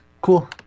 Cool